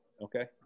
Okay